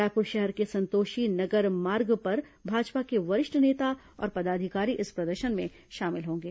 रायपुर शहर के संतोषी नगर मार्ग पर भाजपा के वरिष्ठ नेता और पदाधिकारी इस प्रदर्शन में शामिल होंगे